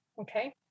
Okay